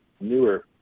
newer